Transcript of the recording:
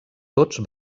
tots